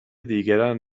دیگران